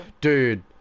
Dude